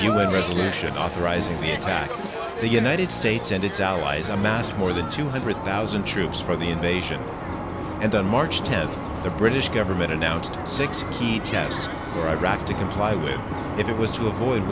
un resolution authorizing the attack on the united states and its allies amassed more than two hundred thousand troops for the invasion and on march tenth the british government announced six key tasks for iraq to comply with if it was to avoid